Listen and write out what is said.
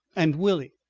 and willie.